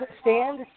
stand